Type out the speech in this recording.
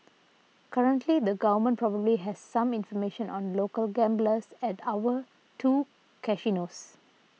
currently the government probably has some information on local gamblers at our two casinos